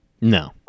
No